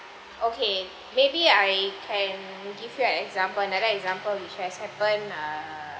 okay maybe I can give you an example another example which has happened err